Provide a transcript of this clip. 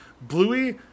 Bluey